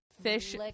fish